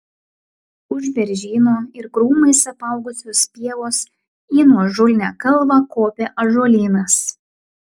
už beržyno ir krūmais apaugusios pievos į nuožulnią kalvą kopė ąžuolynas